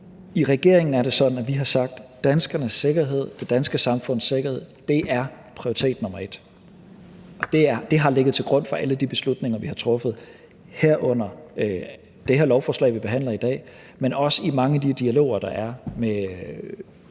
I regeringen er det sådan, at vi har sagt, at danskernes og det danske samfunds sikkerhed er prioritet nummer et, og det har ligget til grund for alle de beslutninger, vi har truffet, herunder det lovforslag, vi behandler her i dag, men også for mange af de dialoger, der er med